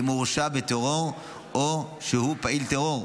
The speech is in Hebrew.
אם הורשע בטרור או שהוא פעיל טרור.